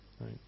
right